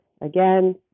Again